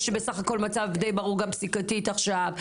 יש בסך הכול מצב די ברור גם פסיקתית עכשיו,